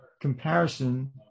comparison